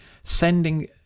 sending